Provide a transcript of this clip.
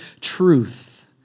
truth